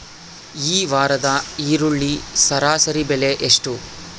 ಈ ವಾರದ ಈರುಳ್ಳಿ ಸರಾಸರಿ ಬೆಲೆ ಎಷ್ಟು?